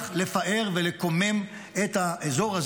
לפאר ולקומם את האזור הזה.